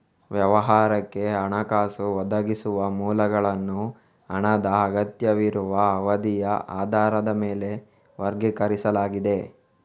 ವ್ಯವಹಾರಕ್ಕೆ ಹಣಕಾಸು ಒದಗಿಸುವ ಮೂಲಗಳನ್ನು ಹಣದ ಅಗತ್ಯವಿರುವ ಅವಧಿಯ ಆಧಾರದ ಮೇಲೆ ವರ್ಗೀಕರಿಸಲಾಗಿದೆ